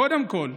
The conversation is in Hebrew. קודם כול,